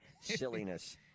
silliness